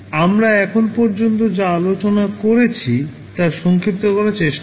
আমরা এখন পর্যন্ত যা আলোচনা করেছি তা সংক্ষিপ্ত করার চেষ্টা করি